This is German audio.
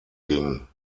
ging